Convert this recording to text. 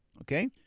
Okay